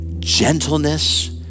gentleness